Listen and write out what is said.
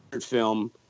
film